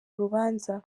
urubanza